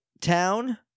town